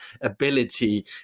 ability